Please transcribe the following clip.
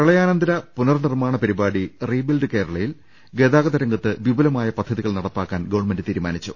പ്രളയാനന്തര പുനർ നിർമ്മാണ പരിപാടി റീ ബിൽഡ് കേരളയിൽ ഗതാഗത രംഗത്ത് വിപുലമായ പദ്ധതികൾ നട പ്പാക്കാൻ ഗവൺമെന്റ് തീരുമാനിച്ചു